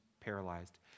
paralyzed